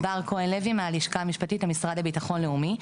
בר כהן לוי מהלשכה המשפטית, המשרד לביטחון לאומי.